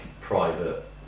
private